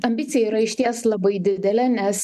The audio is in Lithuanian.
ambicija yra išties labai didelė nes